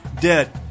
dead